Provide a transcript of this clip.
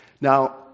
Now